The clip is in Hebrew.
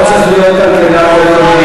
לא צריך להיות כלכלן גדול,